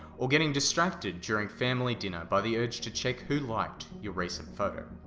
or getting distracted during family dinner by the urge to check who liked your recent photo.